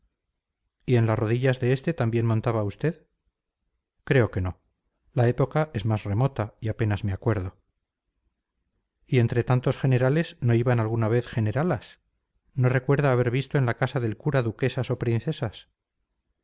en las rodillas de ese también montaba usted creo que no la época es más remota y apenas me acuerdo y entre tantos generales no iban alguna vez generalas no recuerda haber visto en la casa del cura duquesas o princesas